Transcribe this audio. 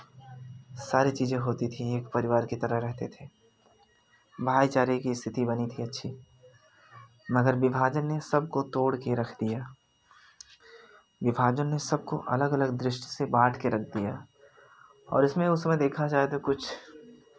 सारी चीज़ें होती थीं एक परिवार की तरह रहते थे भाईचारे की स्थिति बनी थी अच्छी मगर विभाजन ने सबको तोड़ कर रख दिया विभाजन ने सबको अलग अलग दृष्टि से बाँट कर रख दिया और इसमें उस समय देखा जाए तो कुछ